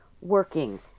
working